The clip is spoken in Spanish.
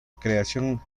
creación